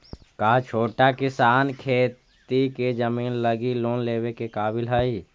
का छोटा किसान खेती के जमीन लगी लोन लेवे के काबिल हई?